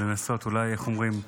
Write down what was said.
איך אומרים,